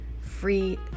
free